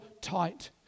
tight